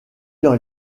dans